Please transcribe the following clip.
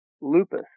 lupus